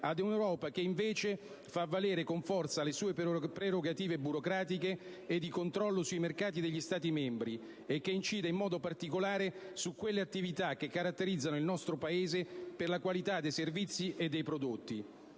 ad un'Europa che, invece, fa valere con forza le sue prerogative burocratiche e di controllo sui mercati degli Stati membri e che incide in modo particolare su quelle attività che caratterizzano il nostro Paese per la qualità dei servizi e dei prodotti.